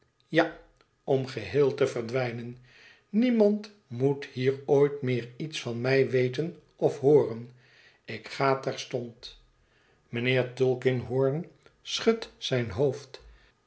ja om geheel te verdwijnen niemand moet hier ooit meer iets van mij weten of hooren ik ga terstond mijnheer tulkinghorn schudt zijn hoofd